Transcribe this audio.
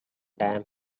dam